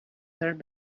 turned